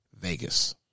Vegas